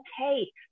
okay